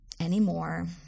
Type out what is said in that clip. anymore